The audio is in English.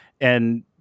And-